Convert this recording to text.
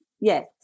Yes